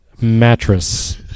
mattress